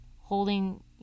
holding